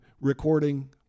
recording